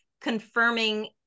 confirming